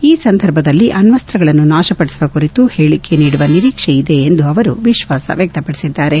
ಈ ಸಂದರ್ಭದಲ್ಲಿ ಅಣ್ಣಸ್ತಗಳನ್ನು ನಾಶಪಡಿಸುವ ಕುರಿತು ಹೇಳಕೆ ನೀಡುವ ನಿರೀಕ್ಷೆ ಇದೆ ಎಂದು ಅವರು ವಿಶ್ವಾಸ ವ್ಯಕ್ತಪಡಿಸಿದ್ದಾರೆ